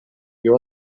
you